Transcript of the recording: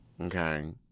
okay